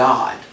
God